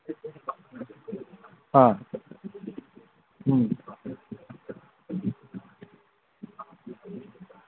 ꯑ ꯎꯝ